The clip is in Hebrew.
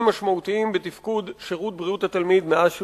משמעותיים בתפקוד של שירות הבריאות לתלמיד מאז הופרט.